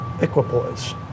equipoise